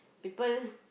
people